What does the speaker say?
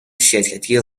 شرکتی